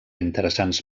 interessants